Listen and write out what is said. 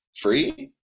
free